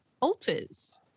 altars